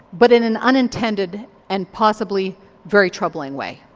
but in an unintended and possibly very troubling way.